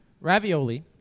Ravioli